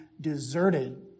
deserted